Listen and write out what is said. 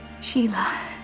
Sheila